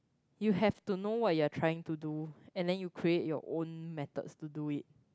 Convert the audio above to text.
you have to know what you are trying to do and then you create your own methods to it